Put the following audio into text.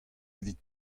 evit